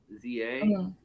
Z-A